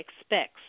expects